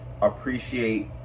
appreciate